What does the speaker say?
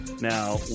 Now